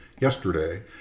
yesterday